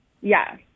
Yes